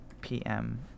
PM